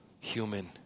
Human